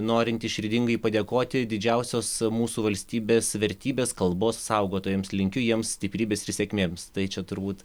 norinti širdingai padėkoti didžiausios mūsų valstybės vertybės kalbos saugotojams linkiu jiems stiprybės ir sėkmėms tai čia turbūt